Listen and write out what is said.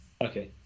Okay